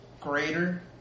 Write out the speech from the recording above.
greater